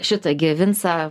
šitą gi vincą